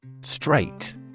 Straight